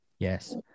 Yes